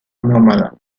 nómada